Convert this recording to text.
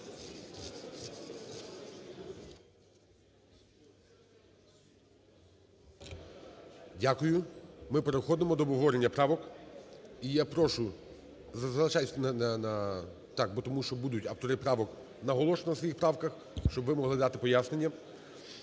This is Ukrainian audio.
Дякую. Ми переходимо до обговорення правок. І я прошу залишайтесь на… тому що будуть автори правок наголошувати на своїх правках, щоб ви могли дати пояснення.